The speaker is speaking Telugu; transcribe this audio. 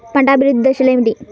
పంట అభివృద్ధి దశలు ఏమిటి?